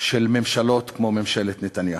של ממשלות כמו ממשלת נתניהו.